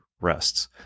rests